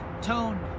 tone